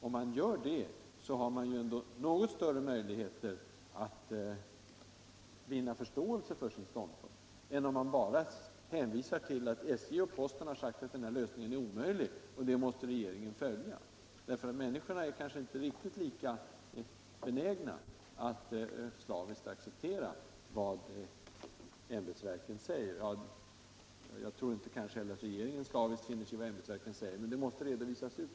Om man gör det har man ju ändå något = va större möjligheter att vinna förståelse för sin ståndpunkt, än om man bara hänvisar till att SJ och postverket har sagt att den här lösningen är omöjlig, och det måste regeringen följa. Människorna är inte benägna att slaviskt acceptera vad ämbetsverken säger. Jag tror inte heller att regeringen siaviskt finner sig i vad ämbetsverken säger, men det måste redovisas utåt.